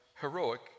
heroic